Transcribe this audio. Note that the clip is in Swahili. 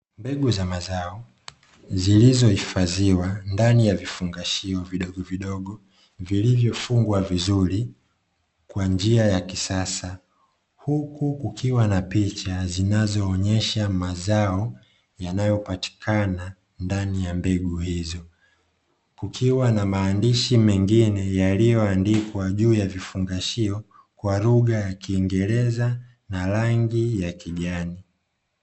Mbegu za mazao zilizohifadhiwa ndani ya vifungashio vidogovidogo, vilivyofungwa vizuri Kwa njia ya kisasa huku kukiwa na picha zinazoonyesha mazao yanayopatikana ndani ya mbegu hizo ,kukiwa na maandishi mengine yaliyoandikwa juu ya vifungashio Kwa lugha ya kiingereza na rangi ya kijani